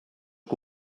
que